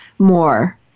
more